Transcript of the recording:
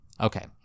okay